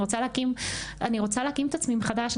אני רוצה להקים את עצמי מחדש,